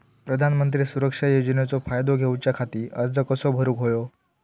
प्रधानमंत्री सुरक्षा योजनेचो फायदो घेऊच्या खाती अर्ज कसो भरुक होयो?